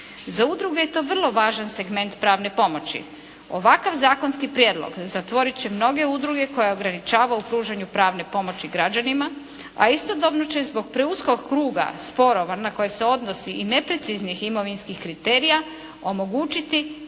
Za udruge je to vrlo važan segment pravne pomoći. Ovakav zakonski prijedlog zatvorit će mnoge udruge koje ograničava u pružanju pravne pomoći građanima a istodobno će zbog preuskog kruga sporova na koje se odnosi i nepreciznih imovinskih kriterija omogućiti,